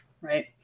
right